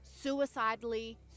suicidally